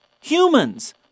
Humans